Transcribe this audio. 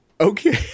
Okay